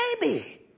baby